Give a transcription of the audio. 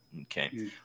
Okay